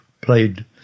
played